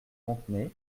fontenay